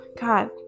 God